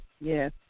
yes